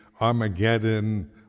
Armageddon